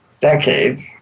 decades